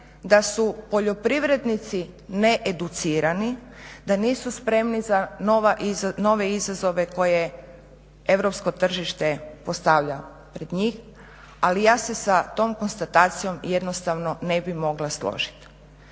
da su poljoprivrednici needucirani, da nisu spremni za nove izazove koje europsko tržište postavlja pred njih, ali ja se sa tom konstatacijom jednostavno ne bi mogla složiti.